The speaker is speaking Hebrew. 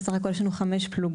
בסך הכל יש לנו חמש פלוגות,